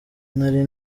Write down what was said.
nari